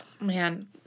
Man